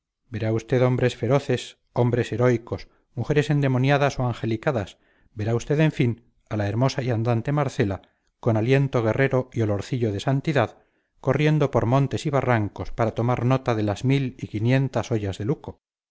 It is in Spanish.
verá usted hombres feroces hombres heroicos mujeres endemoniadas o angelicadas verá usted en fin a la hermosa y andante marcela con aliento guerrero y olorcillo de santidad corriendo por montes y barrancos para tomar nota de las mil y quinientas ollas de luco